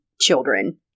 children